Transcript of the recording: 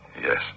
Yes